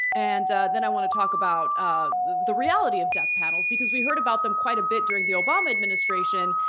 and then i wanna talk about the reality of death panels, because we heard about them quite a bit during the obama administration.